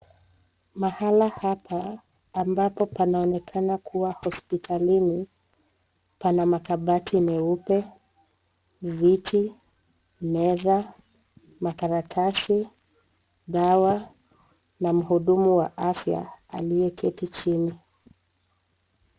Mahala hapa ambapo panaonekana kuwa hospitalini pana makabati meupe, viti, meza, makaratasi, dawa na mhudumu wa afya aliyeketi chini.